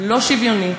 לא שוויוני,